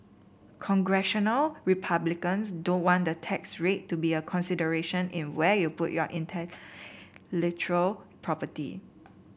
congressional Republicans don't want the tax rate to be a consideration in where you put your intellectual property